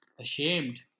ashamed